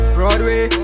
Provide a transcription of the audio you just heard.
Broadway